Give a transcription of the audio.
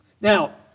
Now